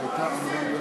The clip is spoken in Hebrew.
נסים.